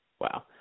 Wow